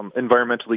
environmentally